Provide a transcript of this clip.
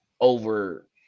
over